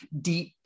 deep